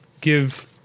give